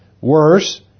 Worse